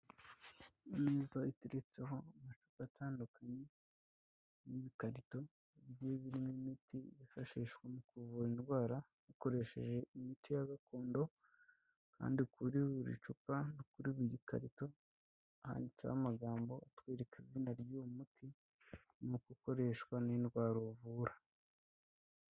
Imeza iteretseho amacupa atandukanye n'ibikarito biiba birimo imiti, byifashishwa mu kuvura indwara ukoresheje imiti ya gakondo kandi kuri buri cupa no kuri buri karito, ahanditseho amagambo atwereka izina ry'uwo muti nuko ukoreshwa n'indwara uvura.